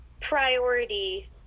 priority